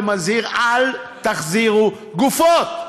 ומזהיר: אל תחזירו גופות.